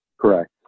Correct